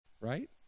right